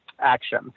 action